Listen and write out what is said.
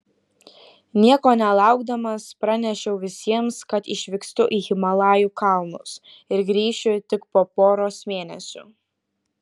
nieko nelaukdamas pranešiau visiems kad išvykstu į himalajų kalnus ir grįšiu tik po poros mėnesių